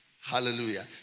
Hallelujah